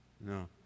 no